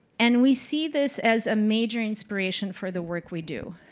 and we see this as a major inspiration for the work we do.